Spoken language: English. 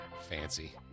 Fancy